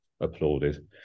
applauded